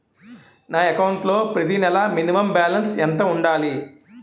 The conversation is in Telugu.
నా అకౌంట్ లో ప్రతి నెల మినిమం బాలన్స్ ఎంత ఉండాలి?